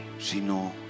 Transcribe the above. Sino